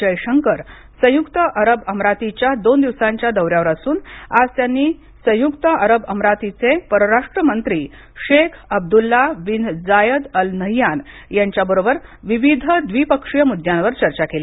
जयशंकर संयुक्त अरब अमिरातीच्या दोन दिवसांच्या दौऱ्यावर असून आज त्यांनी संयुक्त अरब अमिरातीचे परराष्ट्र मंत्री Sheikh Abdullah bin Zayed Al Nahyan यांच्याबरोबर विविध द्विपक्षीय मुद्द्यांवर चर्चा केली